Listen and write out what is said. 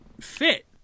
fit